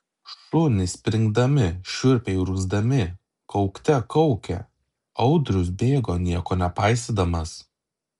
šunys springdami šiurpiai urgzdami kaukte kaukė audrius bėgo nieko nepaisydamas